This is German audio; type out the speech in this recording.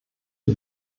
die